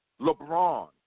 LeBron